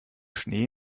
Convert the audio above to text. schnee